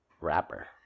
rapper